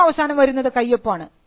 ഏറ്റവും അവസാനം വരുന്നത് കൈയ്യൊപ്പാണ്